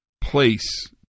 place